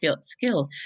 skills